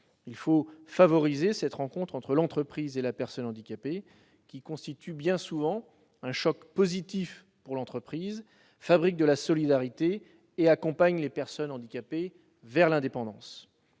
Il faut favoriser la rencontre entre l'entreprise et la personne handicapée, qui constitue bien souvent un choc positif pour l'entreprise, crée de la solidarité et permet d'accompagner les personnes handicapées vers l'indépendance.